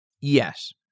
Yes